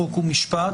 חוק ומשפט,